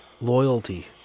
loyalty